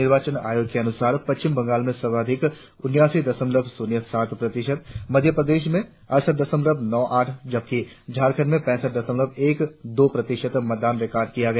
निर्वाचन आयोग के अनुसार पश्चिम बंगाल में सर्वाधिक उन्यासी दशलमव शून्य सात प्रतिशत मध्य प्रदेश में अरसठ दशमलव नौ आठ जबकि झारखंड में पैसठ दशमलव एक दो प्रतिशत मतदान रिकॉर्ड किया गया